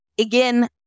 again